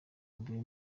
mbere